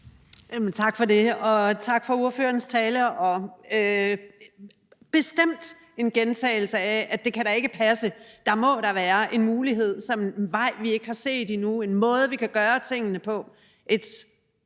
Tak for det. Og tak for ordførerens tale. Det var bestemt en gentagelse af, at det da ikke kan passe, og at der da må være en mulighed, en vej, vi ikke har set endnu, en måde, vi kan gøre tingene på.